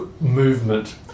movement